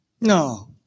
No